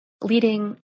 leading